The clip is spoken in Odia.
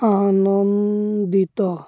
ଆନନ୍ଦିତ